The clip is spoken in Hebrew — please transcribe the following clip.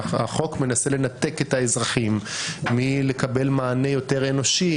שהחוק מנסה לנתק את האזרחים מלקבל מענה יותר אנושי,